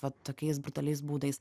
va tokiais brutaliais būdais